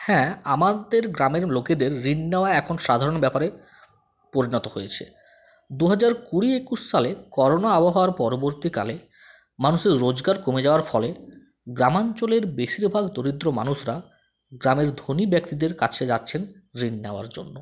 হ্যাঁ আমাদের গ্রামের লোকেদের ঋণ নেওয়া এখন সাধারণ ব্যাপারে পরিণত হয়েছে দুহাজার কুড়ি একুশ সালে করোনা আবহাওয়ার পরবর্তীকালে মানুষের রোজগার কমে যাওয়ার ফলে গ্রামাঞ্চলের বেশিরভাগ দরিদ্র মানুষরা গ্রামের ধনী ব্যাক্তিদের কাছে যাচ্ছেন ঋণ নেওয়ার জন্য